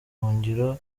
ubuhungiro